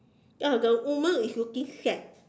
ya the woman is looking sad